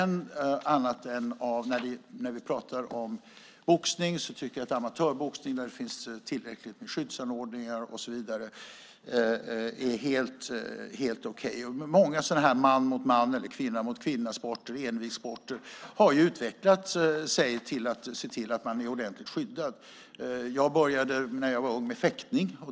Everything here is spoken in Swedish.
När vi pratar om boxning tycker jag att amatörboxning där det finns tillräckligt med skyddsanordningar är helt okej. Många man-mot-man eller kvinna-mot-kvinna-sporter, envigssporter, har utvecklat sig till att se till att man är ordentligt skyddad. Jag började när jag var ung med fäktning.